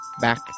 back